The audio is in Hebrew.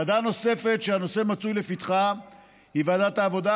ועדה נוספת שהנושא מצוי לפתחה היא ועדת העבודה,